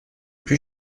plus